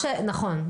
כן, נכון.